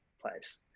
place